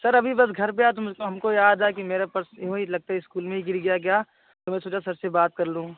sir अभी बस घर पर आया तो मुझको हमको याद आया कि मेरा पर्स वही लगता है इस्कूल में ही गिर गया क्या तो मैंने सोचा सर से बात कर लूँ